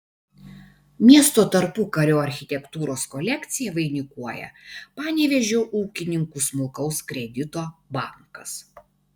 miesto tarpukario architektūros kolekciją vainikuoja panevėžio ūkininkų smulkaus kredito bankas